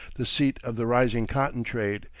the seat of the rising cotton trade,